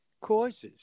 causes